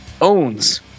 owns